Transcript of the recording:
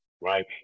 right